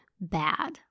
bad